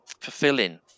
fulfilling